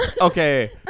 Okay